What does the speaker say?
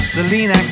Selena